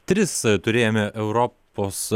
tris turėjome europos